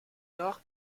nord